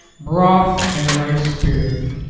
broth and rice spirit.